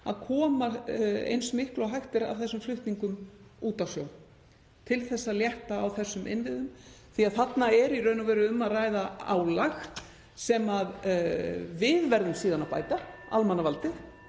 að koma eins miklu og hægt er af þessum flutningum út á sjó, til að létta á þessum innviðum. Þarna er í raun og veru um að ræða álag sem við verðum síðan að bæta, almannavaldið,